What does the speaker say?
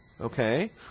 okay